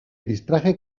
distraje